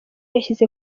yashyize